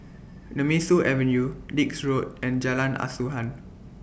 Nemesu Avenue Dix Road and Jalan Asuhan